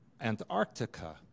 Antarctica